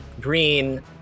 green